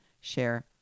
share